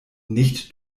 nicht